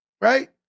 Right